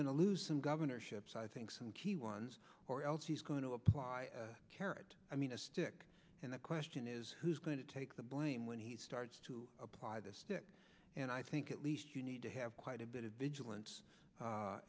going to lose some governorships i think some key ones or else he's going to apply a carrot i mean a stick and the question is who's going to take the blame when he starts to apply this and i think at least you need to have quite a bit of vigilance